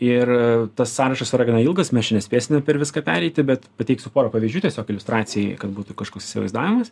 ir tas sąrašas yra gana ilgas mes čia nespėsime per viską pereiti bet pateiksiu porą pavyzdžių tiesiog iliustracijai kad būtų kažkoks įsivaizdavimas